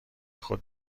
خود